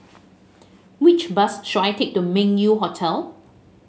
which bus should I take to Meng Yew Hotel